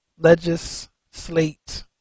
legislate